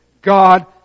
God